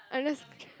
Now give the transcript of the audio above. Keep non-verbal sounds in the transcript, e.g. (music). I'm just (laughs)